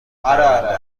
پرونده